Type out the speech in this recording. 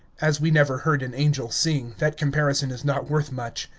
as we never heard an angel sing, that comparison is not worth much.